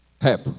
help